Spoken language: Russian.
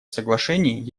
соглашений